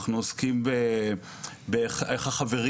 אנחנו עוסקים בקבלה על-ידי החברים,